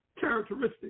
characteristic